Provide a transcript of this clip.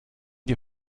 die